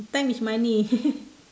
time is money